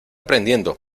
prendiendo